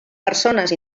persones